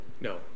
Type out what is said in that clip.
No